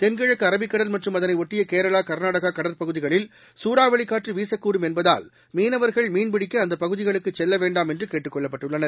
தெள்கிழக்குஅரபிக்கடல் மற்றும் அதனைஒட்டியகேரளா கர்நாடகாகடற்பகுதிகளில் சூறாவளிக் காற்றுவீசக்கூடும் என்பதால் மீனவர்கள் மீன்பிடிக்கஅந்தப் பகுதிகளுக்குச் செல்லவேண்டாம் என்றுகேட்டுக் கொள்ளப்பட்டுள்ளனர்